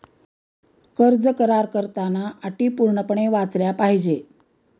कर्ज करार करताना अटी पूर्णपणे वाचल्या पाहिजे